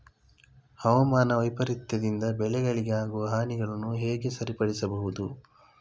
ಹವಾಮಾನ ವೈಪರೀತ್ಯದಿಂದ ಬೆಳೆಗಳಿಗೆ ಆಗುವ ಹಾನಿಗಳನ್ನು ಹೇಗೆ ಸರಿಪಡಿಸಬಹುದು?